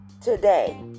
today